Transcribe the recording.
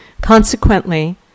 Consequently